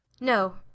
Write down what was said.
no